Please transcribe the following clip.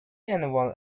anyone